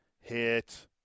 hit